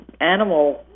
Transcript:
animal